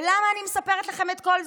ולמה אני מספרת לכם את כל זה?